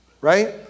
right